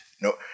no